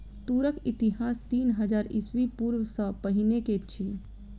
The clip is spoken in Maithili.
तूरक इतिहास तीन हजार ईस्वी पूर्व सॅ पहिने के अछि